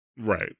Right